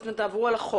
אז אתם תעברו על החוק,